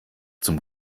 zum